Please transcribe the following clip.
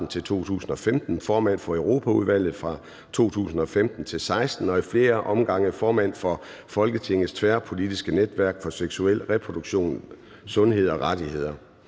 til 2015, som formand for Europaudvalget fra 2015 til 2016 og ad flere omgange som formand for Folketingets Tværpolitiske Netværk for Seksuel og Reproduktiv Sundhed og Rettigheder.